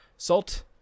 Salt